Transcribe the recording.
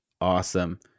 awesome